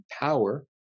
power